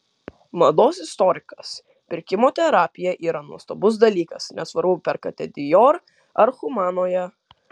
mados istorikas pirkimo terapija yra nuostabus dalykas nesvarbu perkate dior ar humanoje